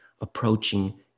approaching